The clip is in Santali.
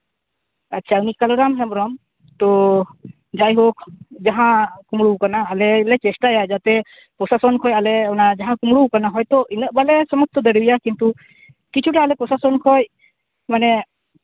ᱟᱪᱪᱷᱟ ᱩᱱᱤ ᱠᱟᱹᱞᱩᱨᱟᱢ ᱦᱮᱢᱵᱨᱚᱢ ᱛᱳ ᱡᱟᱭᱦᱳᱠ ᱡᱟᱦᱟᱸ ᱠᱩᱢᱵᱽᱲᱩᱣ ᱠᱟᱱᱟ ᱟᱞᱮ ᱞᱮ ᱪᱮᱥᱴᱟᱭᱟ ᱡᱟᱛᱮ ᱟᱞᱮ ᱯᱨᱚᱥᱟᱥᱚᱱ ᱠᱷᱚᱱ ᱟᱞᱮ ᱚᱱᱟ ᱡᱟᱦᱟᱸ ᱠᱩᱢᱵᱽᱲᱩᱣ ᱠᱟᱱᱟ ᱦᱚᱭᱛᱚ ᱟᱞᱮ ᱤᱱᱟᱹᱜ ᱵᱟᱞᱮ ᱥᱟᱦᱟᱡᱽᱡᱚ ᱫᱟᱲᱮᱣᱟᱭᱟ ᱠᱤᱱᱛᱩ ᱠᱤᱪᱷᱩᱴᱟ ᱟᱞᱮ ᱯᱨᱚᱥᱟᱥᱚᱱ ᱠᱷᱚᱱ ᱢᱟᱱᱮ